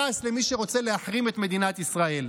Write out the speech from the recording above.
פרס למי שרוצה להחרים את מדינת ישראל.